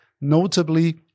Notably